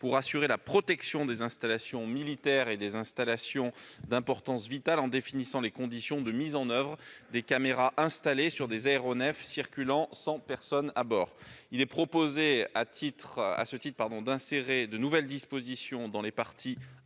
pour assurer la protection des installations militaires et des installations d'importance vitale en définissant les conditions de mise en oeuvre des caméras installées sur des aéronefs circulant sans personne à bord. Il est proposé, à ce titre, d'insérer de nouvelles dispositions dans les première